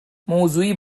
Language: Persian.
موضوعی